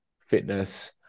fitness